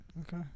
Okay